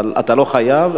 אבל אתה לא חייב,